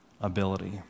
ability